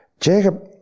Jacob